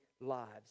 lives